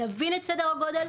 נבין את סדר הגודל,